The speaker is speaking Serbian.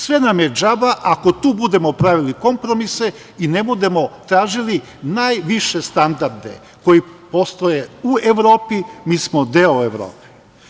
Sve nam je džaba, ako tu budemo pravili kompromise i ne budemo tražili najviše standarde koji postoje u Evropi, mi smo deo Evrope.